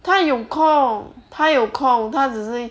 她有空她有空她只是一